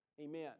Amen